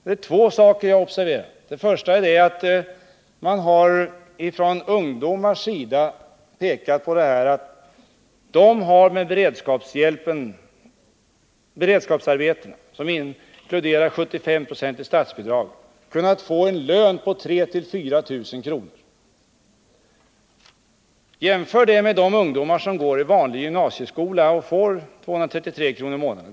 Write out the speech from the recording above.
Jag har främst observerat att ungdomar har pekat på att de i beredskapsarbetena, för vilka det lämnas 95 96 i statsbidrag, har kunnat få en lön på 3 000-4 000 kr. Jämför detta med vad de ungdomar får som går i vanlig gymnasieskola. De får 233 kr. i månaden.